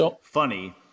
funny